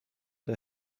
der